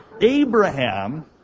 Abraham